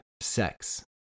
sex